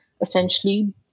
essentially